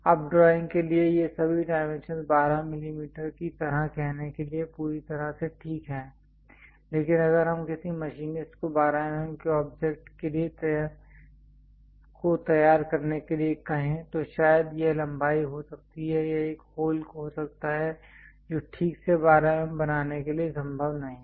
अब ड्राइंग के लिए ये सभी डाइमेंशंस 12 mm की तरह कहने के लिए पूरी तरह से ठीक हैं लेकिन अगर हम किसी मशीनिस्ट को 12 mm के ऑब्जेक्ट को तैयार करने के लिए कहें तो शायद यह लंबाई हो सकती है यह एक होल हो सकता है जो ठीक से 12 mm बनाने के लिए संभव नहीं है